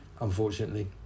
unfortunately